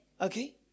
Okay